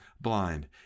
blind